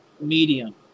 medium